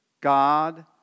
God